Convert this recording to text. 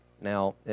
Now